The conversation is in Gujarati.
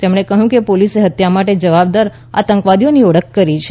તેમણે કહ્યું કે પોલીસે હત્યા માટે જવાબદાર આતંકવાદીઓની ઓળખ કરી છે